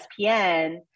ESPN